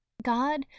God